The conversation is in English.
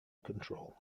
control